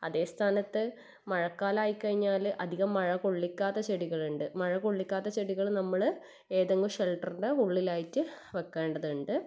അതേ സ്ഥാനത്ത് മഴക്കാലമായി കഴിഞ്ഞാൽ അധികം മഴ കൊള്ളിക്കാത്ത ചെടികളുണ്ട് മഴ കൊള്ളിക്കാത്ത ചെടികൾ എന്തെങ്കിലും ഷെൽട്ടറിൻ്റെ ഉള്ളിലായിട്ട് വയ്ക്കേണ്ടതുണ്ട്